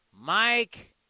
Mike